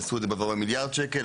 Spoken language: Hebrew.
עשו את זה בעבר במיליארד שקל.